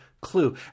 clue